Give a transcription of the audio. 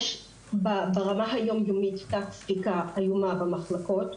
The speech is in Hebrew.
ברמה היום יומית יש תת ספיקה איומה במחלקות.